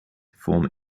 form